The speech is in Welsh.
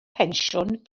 pensiwn